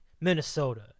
Minnesota